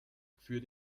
für